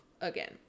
again